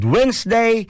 Wednesday